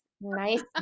nice